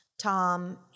Tom